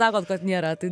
sakot kad nėra tai